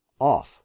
off